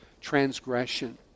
transgression